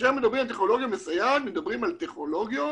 כאשר מדברים על טכנולוגיה מסייעת מדברים על טכנולוגיות